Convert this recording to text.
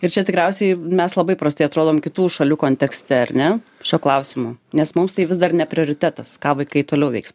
ir čia tikriausiai mes labai prastai atrodom kitų šalių kontekste ar ne šiuo klausimu nes mums tai vis dar ne prioritetas ką vaikai toliau veiks